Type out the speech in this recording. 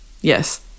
Yes